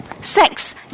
sex